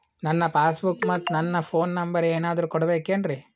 ನನ್ನ passbook ಮತ್ ನನ್ನ ಫೋನ್ ನಂಬರ್ ಏನಾದ್ರು ಕೊಡಬೇಕೆನ್ರಿ?